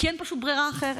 כי אין פשוט ברירה אחרת.